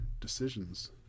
decisions